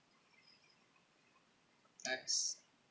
nice